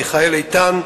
מיכאל איתן,